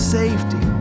safety